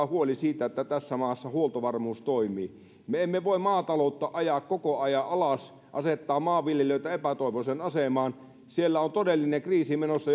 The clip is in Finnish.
huoli siitä että tässä maassa huoltovarmuus toimii me emme voi maataloutta ajaa koko ajan alas asettaa maanviljelijöitä epätoivoiseen asemaan siellä on todellinen kriisi menossa